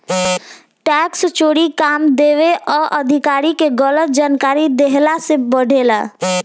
tax चोरी कम देवे आ अधिकारी के गलत जानकारी देहला से बढ़ेला